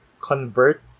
convert